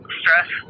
stress